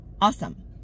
awesome